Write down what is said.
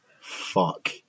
fuck